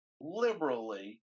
liberally